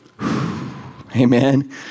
Amen